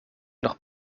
nog